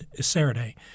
Saturday